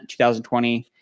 2020